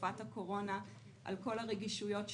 בתקופת הקורונה, על כל הרגישויות שבה.